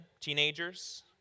teenagers